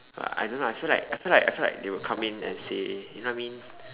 I don't know I feel like I feel like I feel like they will come in and say you know what I mean